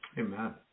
Amen